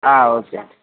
okay